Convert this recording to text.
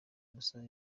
amasaha